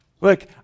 Look